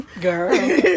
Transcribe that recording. Girl